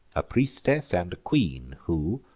a priestess and a queen, who,